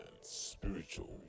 spiritual